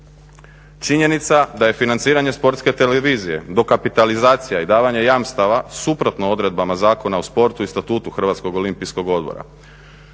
Činjenica da je financiranje Sportske televizije, dokapitalizacija i davanje jamstava suprotno odredbama Zakona o sportu i Statutu Hrvatskog olimpijskog odbora.